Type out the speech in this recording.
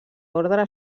ordre